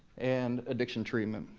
and addiction treatment.